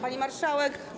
Pani Marszałek!